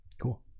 cool